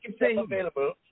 available